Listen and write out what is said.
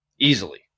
easily